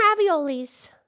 raviolis